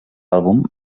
àlbum